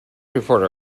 reporter